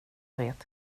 vet